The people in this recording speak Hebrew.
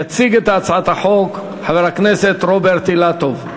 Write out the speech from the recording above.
יציג את הצעת החוק חבר הכנסת רוברט אילטוב.